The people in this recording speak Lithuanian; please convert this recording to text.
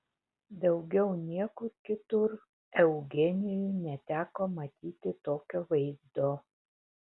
daugiau niekur kitur eugenijui neteko matyti tokio vaizdo